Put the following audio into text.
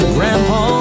Grandpa